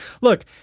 look